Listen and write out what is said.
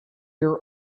your